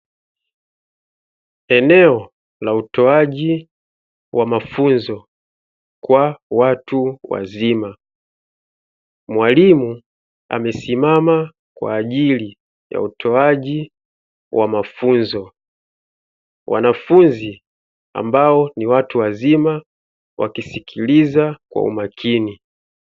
Eneo la utoaji wa mafunzo kwa watu wazima, mwalimu amesimama kwa ajili ya utoaji wa mafunzo. Wanafunzi ambao ni watu wazima wakisikiliza kwa umakini.